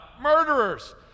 murderers